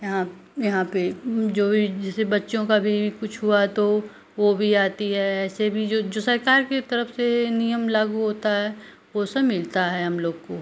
यहाँ यहाँ पर जो भी जैसे बच्चों का भी कुछ हुआ तो वह भी आती है ऐसे भी जो जो सरकार के तरफ से नियम लागू होता है वो सब मिलता है हम लोग को